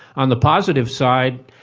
on the positive side,